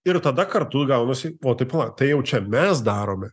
ir tada kartu gaunasi o tai palauk tai jau čia mes darome